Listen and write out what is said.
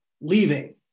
leaving